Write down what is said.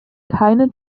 keine